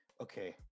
okay